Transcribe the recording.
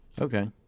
Okay